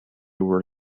were